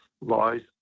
lies